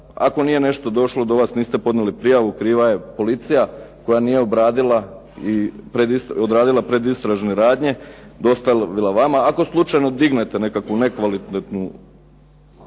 ako nije nešto došlo do vas niste podnijeli prijavu kriva je policija koja nije odradila predistražne radnje i dostavila vama. Ako slučajno dignete nekakvu nekvalitetnu